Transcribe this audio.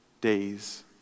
days